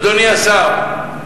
אדוני השר,